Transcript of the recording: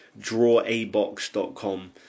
drawabox.com